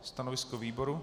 Stanovisko výboru?